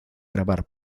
grabar